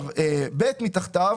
ב' מתחתיו,